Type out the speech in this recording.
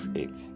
eight